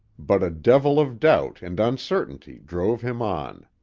but a devil of doubt and uncertainty drove him on.